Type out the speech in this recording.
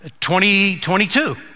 2022